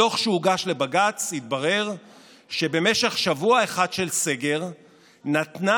בדוח שהוגש לבג"ץ התברר שבמשך שבוע אחד של סגר נתנה